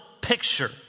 picture